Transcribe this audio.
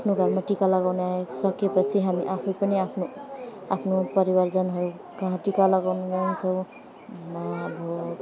आफ्नो घरमा टिका लगाउने आइसके पछि हामी आफै पनि आफ्नो आफ्नो परिवारजनहरू कहाँ टिका लगाउन जान्छौं अब